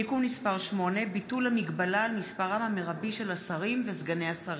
(תיקון מס' 8) (ביטול המגבלה על מספרם המרבי של השרים וסגני השרים).